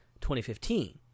2015